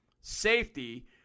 safety